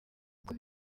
uko